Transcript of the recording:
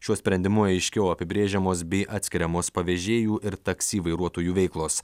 šiuo sprendimu aiškiau apibrėžiamos bei atskiriamos pavežėjų ir taksi vairuotojų veiklos